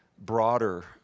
broader